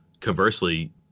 conversely